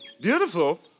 Beautiful